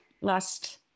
last